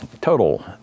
total